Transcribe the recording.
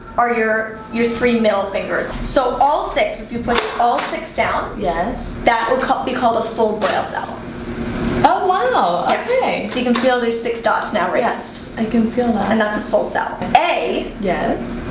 or your your three middle fingers so all six if you put all six down. yes, that will copy called a full braille cell oh wow, okay, so you can feel these six dots now right? yes, i and can feel that and that's a full celll. but a yes?